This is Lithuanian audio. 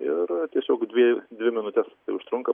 ir tiesiog dvi dvi minutes tai užtrunka